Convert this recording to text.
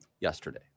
yesterday